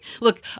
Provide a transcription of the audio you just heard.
Look